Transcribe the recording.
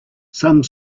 some